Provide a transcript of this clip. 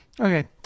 Okay